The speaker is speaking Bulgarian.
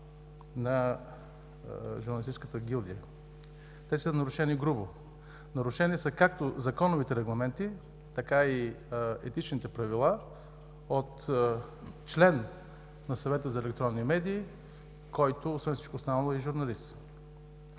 на журналистическата гилдия. Те са нарушени грубо. Нарушени са както законовите регламенти, така и етичните правила от член на Съвета за електронни медии, който, освен всичко останало, е и журналист.